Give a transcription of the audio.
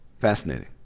Fascinating